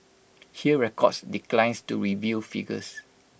Hear records declines to reveal figures